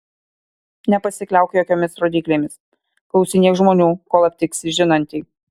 nepasikliauk jokiomis rodyklėmis klausinėk žmonių kol aptiksi žinantį